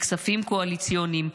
לכספים קואליציוניים,